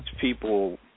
people